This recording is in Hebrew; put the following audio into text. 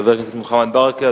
חבר הכנסת מוחמד ברכה.